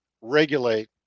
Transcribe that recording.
regulate